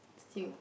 stew